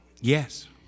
Yes